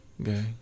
okay